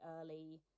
early